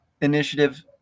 initiative